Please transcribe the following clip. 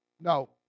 No